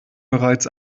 bereits